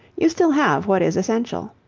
you still have what is essential.